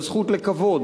בזכות לכבוד,